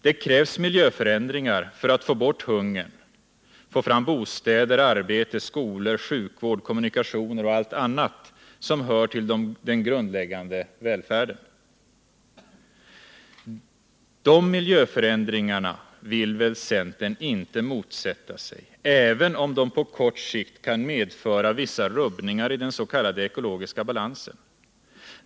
Det krävs miljöförändringar för att få bort hungern och få fram bra bostäder, arbete, skolor, sjukvård, kommunikationer och allt annat som hör tillden grundläggande välfärden. De miljöförändringarna vill väl centern inte motsätta sig, även om de på kort sikt kan medföra vissa rubbningar i den s.k. ekologiska balansen?